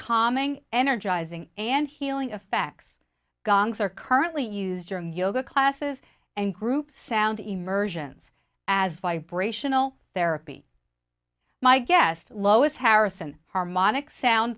calming energizing and healing affects gangs are currently used during yoga classes and group sound immersions as vibrational therapy my guest lois harrison harmonic sound